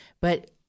but-